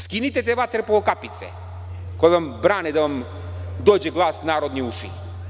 Skinite te vaterpolo kapice, koje vam brane da vam narodni glas dođe u uši.